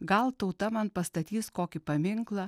gal tauta man pastatys kokį paminklą